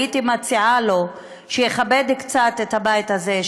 הייתי מציעה לו שיכבד קצת את הבית הזה,